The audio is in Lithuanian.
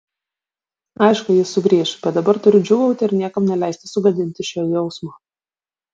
aišku jis sugrįš bet dabar turiu džiūgauti ir niekam neleisti sugadinti šio jausmo